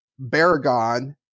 Baragon